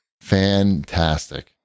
Fantastic